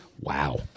Wow